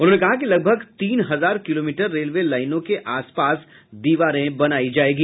उन्होंने कहा कि लगभग तीन हजार किलोमीटर रेलवे लाईनों के आस पास दीवारें बनायी जायेंगी